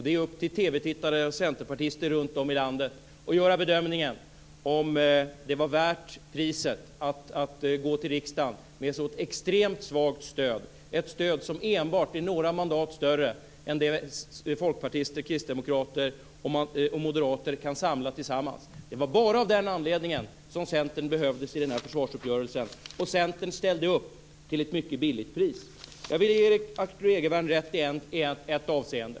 Det är upp till TV-tittare och centerpartister runt om i landet att göra bedömningen om det var värt priset att gå till riksdagen med ett sådant extremt svagt stöd, ett stöd som enbart är några mandat större än det folkpartister, kristdemokrater och moderater kan samla tillsammans. Det var bara av den anledningen som Centern behövdes i den här försvarsuppgörelsen. Och Centern ställde upp mycket billigt. Jag vill ge Erik Arthur Egervärn rätt i ett avseende.